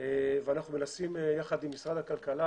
ואנחנו מנסים יחד עם משרד הכלכלה